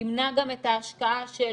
ימנע גם את ההשקעה של